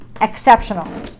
exceptional